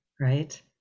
right